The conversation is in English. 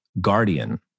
guardian